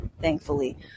thankfully